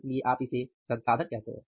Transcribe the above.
इसलिए आप इसे संसाधन कहते हैं